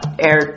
air